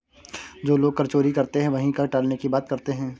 जो लोग कर चोरी करते हैं वही कर टालने की बात करते हैं